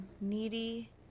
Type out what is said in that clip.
Needy